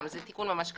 זה תיקון ממש קטן,